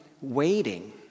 waiting